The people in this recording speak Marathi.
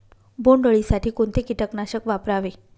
बोंडअळी साठी कोणते किटकनाशक वापरावे?